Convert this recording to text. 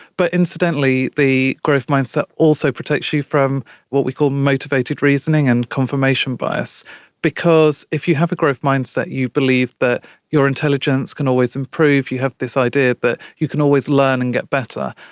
but incidentally, the growth mindset also protects you from what we call motivated reasoning and confirmation bias because if you have a growth mindset you believe that your intelligence can always improve, you have this idea that you can always learn and get better,